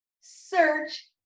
search